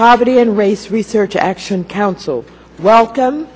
poverty and race research action council welcome